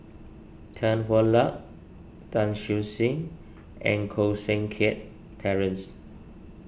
Tan Hwa Luck Tan Siew Sin and Koh Seng Kiat Terence